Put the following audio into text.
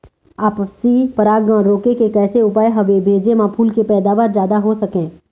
आपसी परागण रोके के कैसे उपाय हवे भेजे मा फूल के पैदावार जादा हों सके?